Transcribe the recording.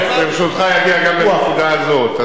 ברשותך, אני אגיע גם לנקודה הזאת.